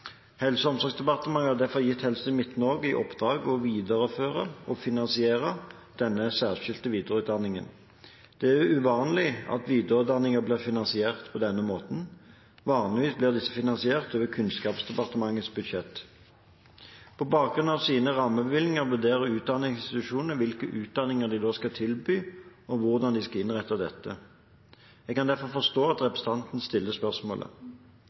Helse- og omsorgsdepartementet har derfor gitt Helse Midt-Norge i oppdrag å videreføre og finansiere denne særskilte videreutdanningen. Det er uvanlig at videreutdanninger blir finansiert på denne måten. Vanligvis blir disse finansiert over Kunnskapsdepartementets budsjett. På bakgrunn av sine rammebevilgninger vurderer utdanningsinstitusjonene hvilke utdanninger de skal tilby, og hvordan de skal innrette disse. Jeg kan derfor forstå at representanten stiller spørsmålet.